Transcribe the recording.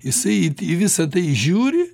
jisai į visa tai žiūri